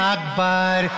Akbar